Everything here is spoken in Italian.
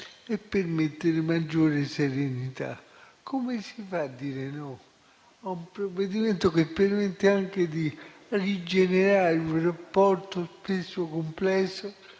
e garantire maggiore serenità. Come si fa a dire no ad un provvedimento che permette anche di rigenerare un rapporto, spesso complesso,